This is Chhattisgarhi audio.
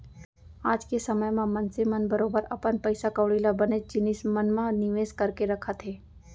आज के समे म मनसे मन बरोबर अपन पइसा कौड़ी ल बनेच जिनिस मन म निवेस करके रखत हें